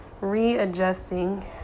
readjusting